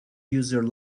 user